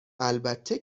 البته